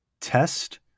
Test